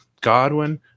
Godwin